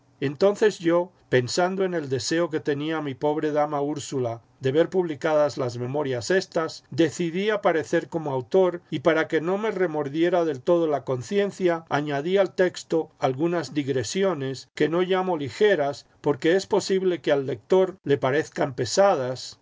entonces yo pensando en el deseo que tenía mi pobre dama úrsula de ver publicadas las memorias éstas decidí aparecer como autor y para que no me remordiera del todo la conciencia añadí al texto algunas digresiones que no llamo ligeras porque es posible que al lector le parezcan pesadas